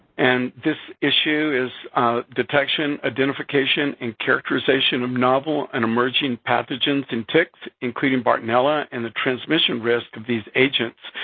and this issue is detection, identification, and characterization of novel and emerging pathogens in ticks, including bartonella and the transmission risk of these agents